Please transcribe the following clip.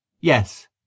Yes